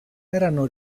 erano